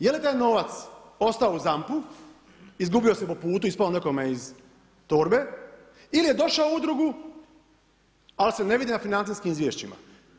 Je li taj novac ostao u ZAMP-u, izgubio se po putu, ispao nekome iz torbe ili je došao u udrugu, ali se ne vidi na financijskim izvješćima.